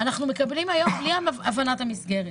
ואנחנו מקבלים היום בלי הבנת המסגרת.